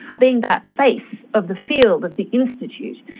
being that face of the field of the institute.